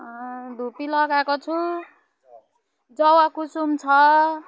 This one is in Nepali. धुपी लगाएको छु जवाकुसुम छ